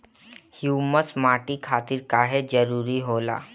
Humus माटी खातिर काहे जरूरी होला?